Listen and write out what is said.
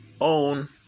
own